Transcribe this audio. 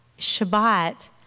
Shabbat